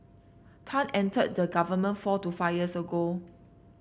Tan entered the government four to five years ago